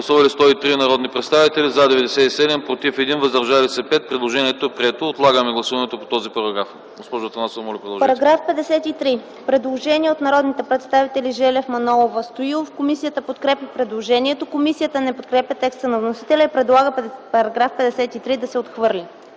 АТАНАСОВА: Предложение от народните представители Желев, Манолова, Стоилов за § 53. Комисията подкрепя предложението. Комисията не подкрепя текста на вносителя и предлага § 53 да се отхвърли.